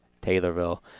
Taylorville